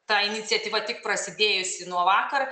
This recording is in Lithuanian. ta iniciatyva tik prasidėjusi nuo vakar